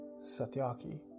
Satyaki